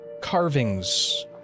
carvings